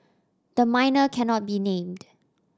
the minor cannot be named